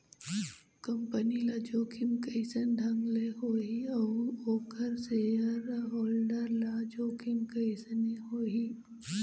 Company ल जोखिम कइसन ढंग ले होही अउ ओखर सेयर होल्डर ल जोखिम कइसने होही?